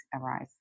arise